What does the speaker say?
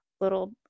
little